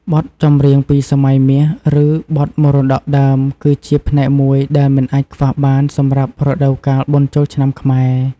បទចម្រៀងពីសម័យមាស ឬ បទមរតកដើម គឺជាផ្នែកមួយដែលមិនអាចខ្វះបានសម្រាប់រដូវកាលបុណ្យចូលឆ្នាំខ្មែរ។